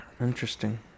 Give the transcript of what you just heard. Interesting